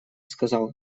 сказал